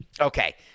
Okay